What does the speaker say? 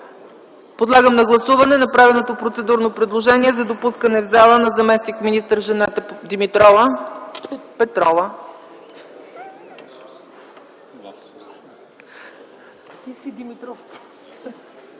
Подлагам на гласуване направеното процедурно предложение за допускане в залата на заместник-министър госпожа Жанета Петрова.